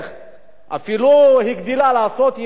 אפילו הגדילה לעשות עיריית ירושלים: